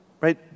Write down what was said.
right